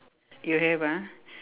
you have ah